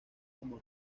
como